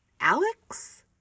Alex